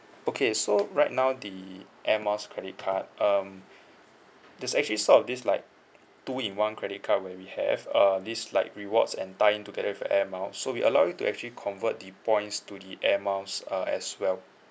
okay so right now the air miles credit card um there's actually sort of this like two in one credit card where we have uh this like rewards and tie in together with the air miles so we allow you to actually convert the points to the air miles uh as well